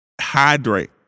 Hydrate